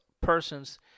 persons